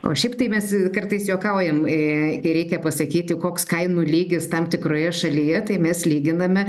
o šiaip tai mes kartais juokaujam jei reikia pasakyti koks kainų lygis tam tikroje šalyje tai mes lyginame